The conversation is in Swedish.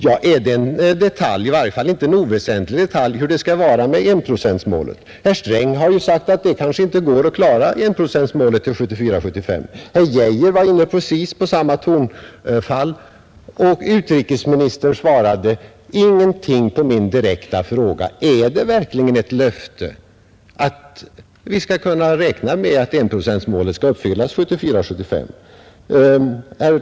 Ja, är det en detalj hur det skall vara med enprocentsmålet? Det är i varje fall inte en oväsentlig detalj. Herr Sträng har ju sagt att det kanske inte går att klara enprocentsmålet till 1974 75?